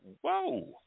Whoa